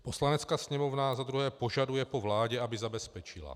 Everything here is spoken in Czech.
Poslanecká sněmovna za druhé požaduje po vládě ČR, aby zabezpečila